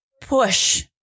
push